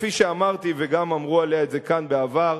כפי שאמרתי וגם אמרו עליה את זה כאן בעבר,